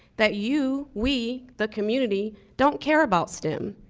that you, we, the community, don't care about stem.